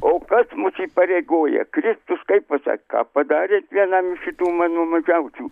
o kas mus įpareigoja kristus kaip pasak ką padarėt vienam šitų mano mažiausių